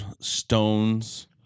stones